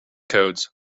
codes